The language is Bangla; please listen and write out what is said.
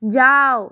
যাও